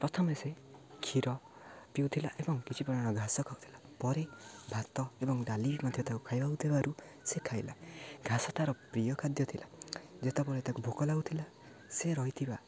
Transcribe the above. ପ୍ରଥମେ ସେ କ୍ଷୀର ପିଉଥିଲା ଏବଂ କିଛି ପରିମାଣ ଘାସ ଖାଉଥିଲା ପରେ ଭାତ ଏବଂ ଡାଲି ମଧ୍ୟ ତାକୁ ଖାଇବାକୁ ଦେବାରୁ ସେ ଖାଇଲା ଘାସ ତା'ର ପ୍ରିୟ ଖାଦ୍ୟ ଥିଲା ଯେତେବେଳେ ତାକୁ ଭୋକ ଲାଗୁଥିଲା ସେ ରହିଥିବା